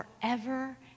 forever